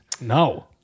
No